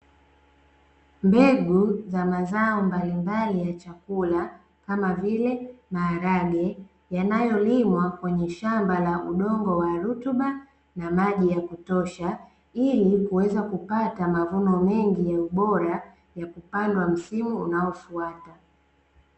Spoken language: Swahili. Mbegu za mazao mbalimbali ya chakula kama vile maharage yanayolimwa kwenye shamba la udongo wa rutuba na maji ya kutosha, ili kuweza kupata mavuno mengi ya ubora ya kupandwa msimu unaofuata .